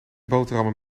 boterhammen